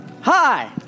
Hi